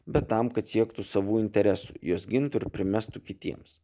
bet tam kad siektų savų interesų juos gintų ir primestų kitiems